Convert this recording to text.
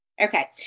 Okay